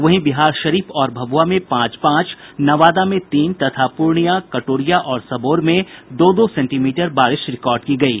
वहीं बिहारशरीफ और भभुआ में पांच पांच नवादा में तीन तथा पूर्णियां कटोरिया और सबौर में दो दो सेंटीमीटर बारिश रिकॉर्ड की गयी